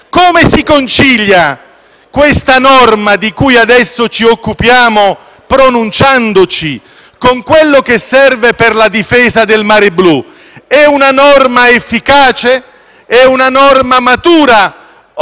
Come si concilia questa norma, di cui adesso ci occupiamo pronunciandoci, con quello che serve per la difesa del mare blu? È una norma efficace? È una norma matura?